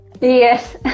yes